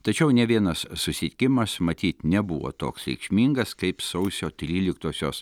tačiau ne vienas susitikimas matyt nebuvo toks reikšmingas kaip sausio tryliktosios